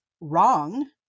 wrong